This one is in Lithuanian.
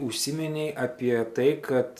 užsiminei apie tai kad